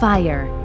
Fire